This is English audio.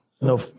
No